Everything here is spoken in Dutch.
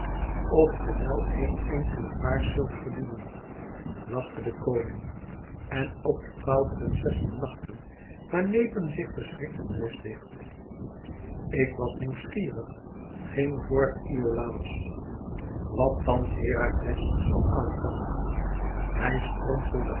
of ge wel eèn enkele vaars zult verdienen lachte de koning en ook de twaalf prinsessen lachten maar nepen zich verschrikt de neus dicht ik was nieuwsgierig ging voort iolàos wat thans herakles aan zoû vangen hij strompelde